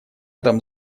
этом